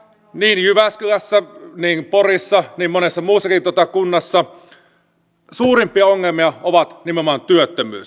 niin jyväskylässä porissa kuin monessa muussakin kunnassa suurimpia ongelmia on nimenomaan työttömyys